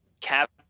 cap